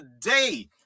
today